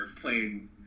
playing